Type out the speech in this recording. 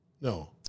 No